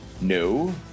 no